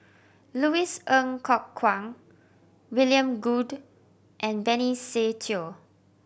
Louis Ng Kok Kwang William Goode and Benny Se Teo